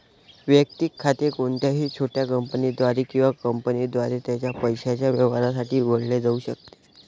वैयक्तिक खाते कोणत्याही छोट्या कंपनीद्वारे किंवा कंपनीद्वारे त्याच्या पैशाच्या व्यवहारांसाठी उघडले जाऊ शकते